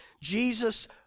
Jesus